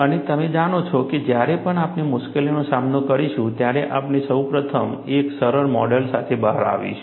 અને તમે જાણો છો કે જ્યારે પણ આપણે મુશ્કેલીનો સામનો કરીશું ત્યારે આપણે સૌ પ્રથમ એક સરળ મોડેલ સાથે બહાર આવીશું